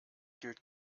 gilt